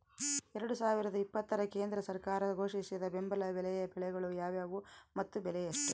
ಎರಡು ಸಾವಿರದ ಇಪ್ಪತ್ತರ ಕೇಂದ್ರ ಸರ್ಕಾರ ಘೋಷಿಸಿದ ಬೆಂಬಲ ಬೆಲೆಯ ಬೆಳೆಗಳು ಯಾವುವು ಮತ್ತು ಬೆಲೆ ಎಷ್ಟು?